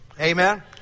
Amen